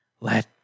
Let